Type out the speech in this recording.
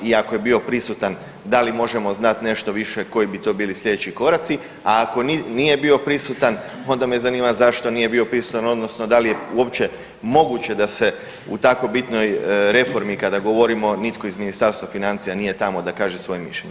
I ako je bio prisutan da li možemo znati nešto više koji bi to bili slijedeći koraci, a ako nije bio prisutan onda me zanima zašto nije bio prisutan odnosno da li je uopće moguće da se u tako bitnoj reformi kada govorimo nitko iz Ministarstva financija nije tamo da kaže svoje mišljenje.